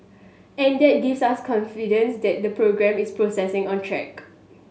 and that gives us confidence that the programme is processing on track